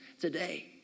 today